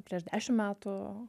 prieš dešim metų